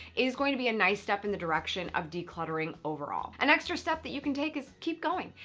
is going to be a nice step in the direction of decluttering overall. an extra step that you can take is keep going.